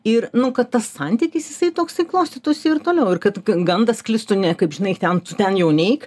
ir nu kad tas santykis jisai toksai klostytųsi ir toliau ir kad gandas sklistų ne kaip žinai ten tu ten jau neik